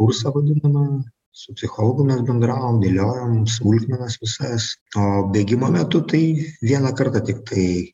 kursą vadinamą su psichologu mes bendravom dėliojom smulkmenas visas to bėgimo metu tai vieną kartą tiktai